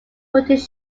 footage